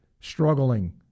struggling